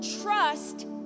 trust